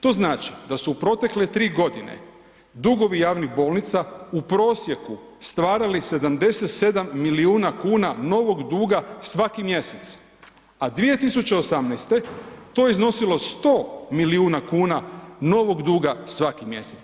To znači da su u protekle tri godine dugovi javnih bolnica u prosjeku stvarali 77 milijuna kuna novog duga svaki mjesec, a 2018. to je iznosilo 100 milijuna kuna novog duga svaki mjesec.